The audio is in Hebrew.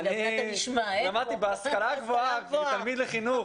למדתי בהשכלה הגבוהה כתלמיד לחינוך,